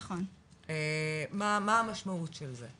מה המשמעות של זה?